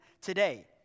today